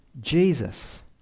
Jesus